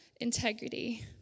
integrity